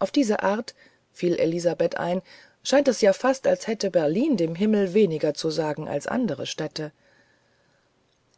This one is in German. auf diese art fiel elisabeth ein schien es ja fast als hätte berlin dem himmel weniger zu sagen als andere städte